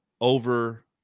over